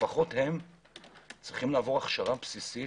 לפחות הם צריכים לעבור הכשרה בסיסית,